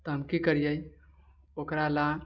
तऽ हम की करियै ओकरा लेल